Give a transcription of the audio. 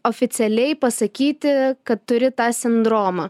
oficialiai pasakyti kad turi tą sindromą